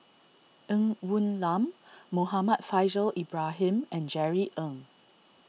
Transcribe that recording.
Ng Woon Lam Muhammad Faishal Ibrahim and Jerry Ng